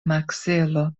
makzelo